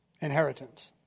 Inheritance